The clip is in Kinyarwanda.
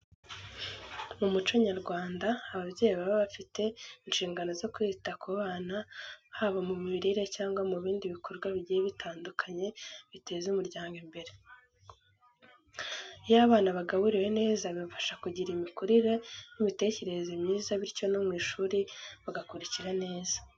Mu muco nyarwanda ababyeyi baba bafite inshingano zo kwita ku bana, haba mu mirire cyangwa mu bindi bikorwa bigiye bitandukanye biteza umuryango imbere. Iyo abana bagaburiwe neza bibafasha kugira imikurire n'imitekerereze myiza bityo no mu ishuri bagakurikira neza.